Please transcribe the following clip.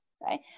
right